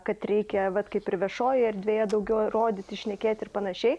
kad reikia vat kaip ir viešojoj erdvėje daugiau rodyti šnekėt ir panašiai